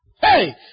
Hey